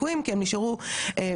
מעבר לזה שהם נשארו שלא כדין,